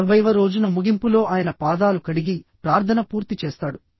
నలభైవ రోజున ముగింపులో ఆయన పాదాలు కడిగి ప్రార్థన పూర్తి చేస్తాడు